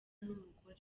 n’umugore